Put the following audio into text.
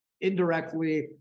indirectly